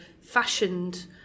fashioned